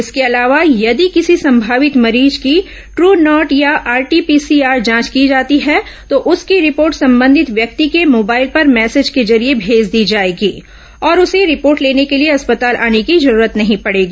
इसके अलावा यदि किसी संभावित मरीज की ट्र् नॉट या आरटीपीसीआर जांच की जाती है तो उसकी रिपोर्ट संबंधित व्यक्ति के मोबाइल पर मैसेज के जरिए मेज दी जाएगी और उसे रिपोर्ट लेने के लिए अस्पताल आने की जरूरत नहीं पडेगी